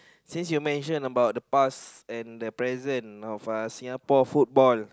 since you mention about the past and the present of Singapore football